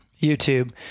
YouTube